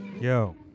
Yo